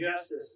justice